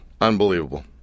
Unbelievable